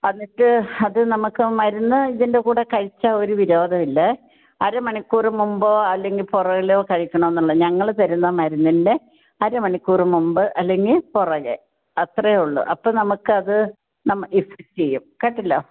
എന്നിട്ട് അത് നമുക്ക് മരുന്ന് ഇതിൻ്റെ കൂടെ കഴിച്ചാൽ ഒരു വിരോധവും ഇല്ലേ അരമണിക്കൂറ് മുമ്പോ അല്ലെങ്കിൽ പുറകിലോ കഴിക്കണം എന്നേ ഉള്ളൂ ഞങ്ങൾ തരുന്ന മരുന്നിൻ്റെ അരമണിക്കൂറ് മുമ്പ് അല്ലെങ്കിൽ പുറകെ അത്രയേ ഉള്ളൂ അപ്പോൾ നമുക്ക് അത് ഇഫക്ട് ചെയ്യും കേട്ടല്ലോ